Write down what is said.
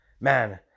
Man